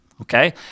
Okay